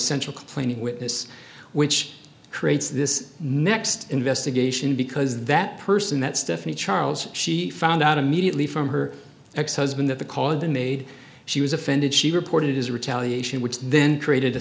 central complaining witness which creates this next investigation because that person that stephanie charles she found out immediately from her ex husband that the call of the maid she was offended she reported it as a retaliation which then created a